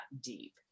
deep